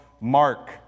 Mark